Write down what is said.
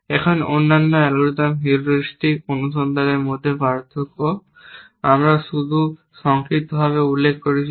এখন অন্যান্য algorithm heuristic অনুসন্ধানের মধ্যে পার্থক্য আমরা শুধু সংক্ষিপ্তভাবে উল্লেখ করেছি